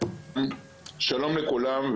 שלום לכולם,